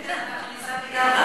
אין דבר, ניסע ביחד.